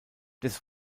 des